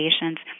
patients